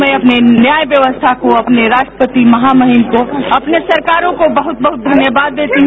मैं अपने न्याय व्यवस्था अपने राष्ट्रपति महामहिम को अपने सरकारों को वहत बहत धन्यवाद देती हैं